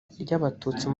ry’abatutsi